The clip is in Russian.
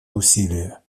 усилия